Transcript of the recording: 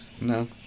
No